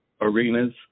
arenas